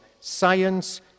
Science